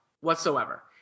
whatsoever